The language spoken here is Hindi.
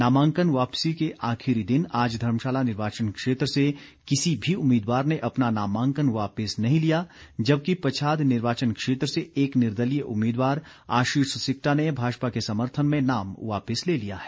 नामांकन वापिसी के आखिरी दिन आज धर्मशाला निर्वाचन क्षेत्र से किसी भी उम्मीदवार ने अपना नामांकन वापिस नहीं लिया जबकि पच्छाद निर्वाचन क्षेत्र से एक निर्दलीय उम्मीदवार आशीष सिक्टा ने भाजपा के समर्थन में नाम वापिस ले लिया है